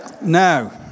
Now